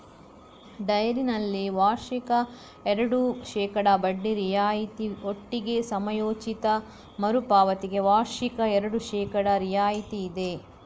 ಡೈರಿನಲ್ಲಿ ವಾರ್ಷಿಕ ಎರಡು ಶೇಕಡಾ ಬಡ್ಡಿ ರಿಯಾಯಿತಿ ಒಟ್ಟಿಗೆ ಸಮಯೋಚಿತ ಮರು ಪಾವತಿಗೆ ವಾರ್ಷಿಕ ಎರಡು ಶೇಕಡಾ ರಿಯಾಯಿತಿ ಇದೆ